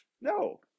No